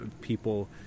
people